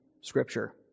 Scripture